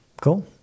Cool